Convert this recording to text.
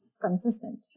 consistent